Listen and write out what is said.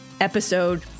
episode